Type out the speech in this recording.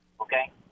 Okay